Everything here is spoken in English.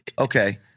Okay